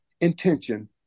intention